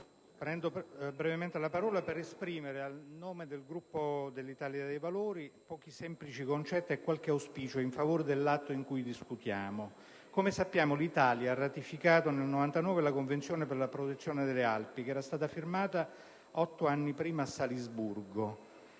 prendo brevemente la parola per esprimere, a nome del Gruppo dell'Italia dei Valori, pochi semplici concetti e qualche auspicio in favore dell'atto di cui discutiamo. Come sappiamo, l'Italia ha ratificato nel 1999 la Convenzione per la protezione delle Alpi, che era stata firmata otto anni prima a Salisburgo.